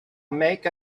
make